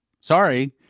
Sorry